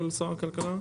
של משרד הכלכלה?